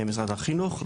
משרד החינוך,